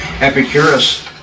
Epicurus